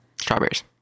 Strawberries